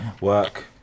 work